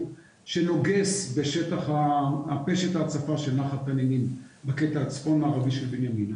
שנוגס בשטח פשט ההצפה של נחל תנינים בקטע הצפון מערבי של בנימינה